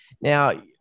now